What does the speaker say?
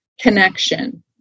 connection